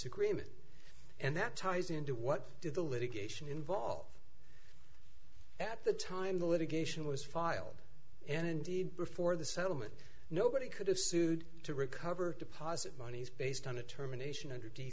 agreement and that ties into what do the litigation involve at the time the litigation was filed and indeed before the settlement nobody could have sued to recover deposit monies based on a terminations under d